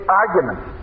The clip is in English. arguments